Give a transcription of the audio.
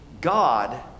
God